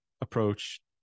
approach